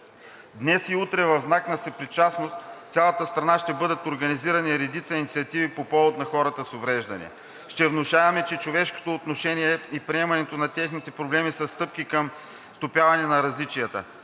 Днес и утре в знак на съпричастност в цялата страна ще бъдат организирани редица инициативи по повод на хората с увреждания. Ще внушаваме, че човешкото отношение и приемането на техните проблеми са стъпки към стопяване на различията.